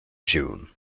june